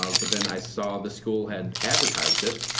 ah but then i saw the school had advertised it,